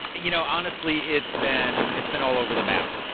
you know honestly, it's been it's been all over the map,